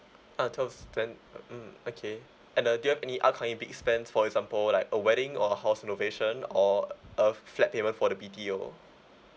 uh twelve then mm okay and uh do you have any upcoming big spends for example like a wedding or house renovation or a flat payment for the B_T_O